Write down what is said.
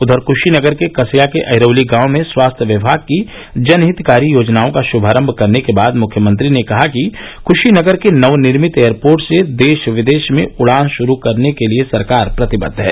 उधर कृशीनगर के कस्या के अहिरौली गांव में स्वास्थ्य विमाग की जनहितकारी योजनाओं का श्मारम्भ करने के बाद मुख्यमंत्री ने कहा कि क्शीनगर के नव निर्मित एयरपोर्ट से देश विदेश में उड़ान शुरू करने के लिये सरकार प्रतिबद्द है